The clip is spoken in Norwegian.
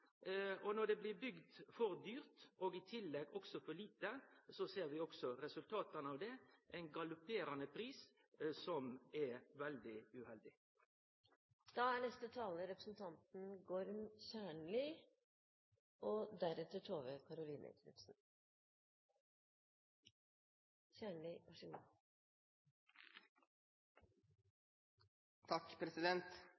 dyrt og i tillegg også for lite, ser vi resultata av det: galopperande prisar, som er veldig uheldig. Debatten har vist gjennom mange rød-grønne innlegg at Arbeiderpartiet og